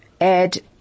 Add